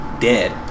dead